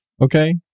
Okay